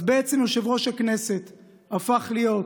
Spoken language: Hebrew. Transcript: אז בעצם יושב-ראש הכנסת הפך להיות